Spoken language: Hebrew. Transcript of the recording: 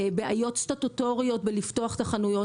בעיות סטטוטוריות בלפתוח את החנויות,